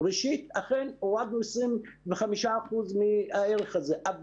ראשית, אכן הורדנו 25 אחוזים מהערך אבל